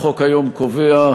החוק היום קובע,